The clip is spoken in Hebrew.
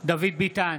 דוד ביטן,